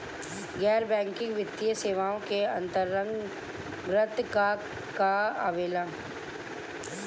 गैर बैंकिंग वित्तीय सेवाए के अन्तरगत का का आवेला?